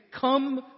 come